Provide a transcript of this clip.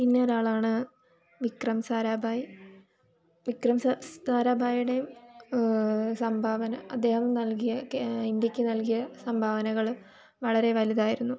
പിന്നൊരാളാണ് വിക്രം സാരാഭായി വിക്രം സ് സരാഭായുടെ സംഭാവന അദ്ദേഹം നൽകിയ കെ ഇന്ത്യക്ക് നൽകിയ സംഭവനകൾ വളരെ വലുതായിരുന്നു